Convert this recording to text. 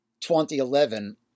2011